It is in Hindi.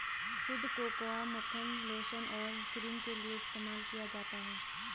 शुद्ध कोकोआ मक्खन लोशन और क्रीम के लिए इस्तेमाल किया जाता है